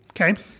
Okay